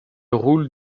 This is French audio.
roule